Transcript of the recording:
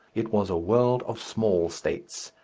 it was a world of small states.